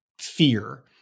fear